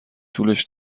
طولش